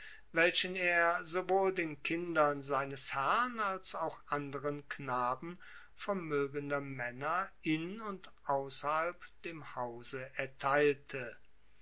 welchen er sowohl den kindern seines herrn als auch anderen knaben vermoegender maenner in und ausser dem hause erteilte